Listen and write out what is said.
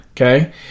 okay